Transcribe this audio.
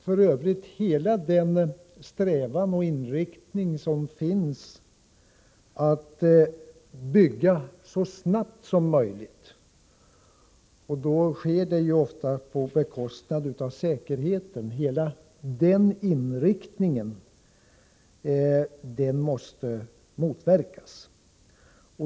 F. ö. måste inriktningen mot att bygga så snabbt som möjligt, vilket ofta sker på bekostnad av säkerheten, motverkas.